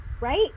right